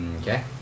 Okay